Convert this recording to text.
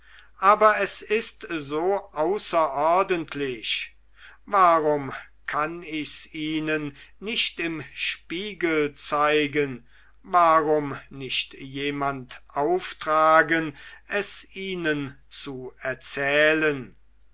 aber es ist so außerordentlich warum kann ich's ihnen nicht im spiegel zeigen warum nicht jemand auftragen es ihnen zu erzählen